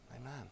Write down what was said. Amen